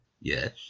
Yes